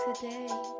today